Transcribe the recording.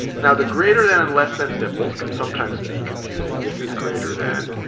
now, the greater than and less than symbols can sometimes be confusing. this is greater than.